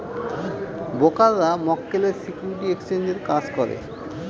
ব্রোকাররা মক্কেলের সিকিউরিটি এক্সচেঞ্জের কাজ করে